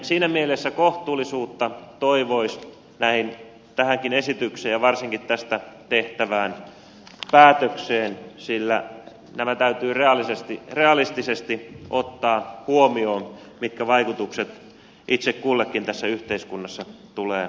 siinä mielessä kohtuullisuutta toivoisi tähänkin esitykseen ja varsinkin tästä tehtävään päätökseen sillä täytyy realistisesti ottaa huomioon mitkä vaikutukset itse kullekin tässä yhteiskunnassa tulee olemaan